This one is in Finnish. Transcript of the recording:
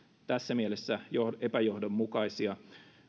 tässä mielessä epäjohdonmukaisia